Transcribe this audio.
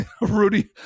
Rudy